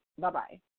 Bye-bye